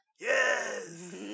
Yes